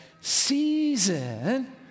season